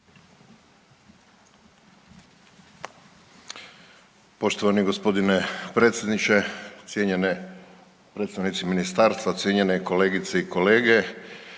Poštovani gospodine predsjedniče, cijenjeni predstavnici ministarstva, cijenjene kolegice i kolege,